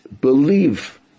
believe